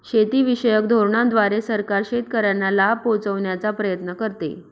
शेतीविषयक धोरणांद्वारे सरकार शेतकऱ्यांना लाभ पोहचवण्याचा प्रयत्न करते